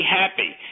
happy